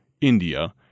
India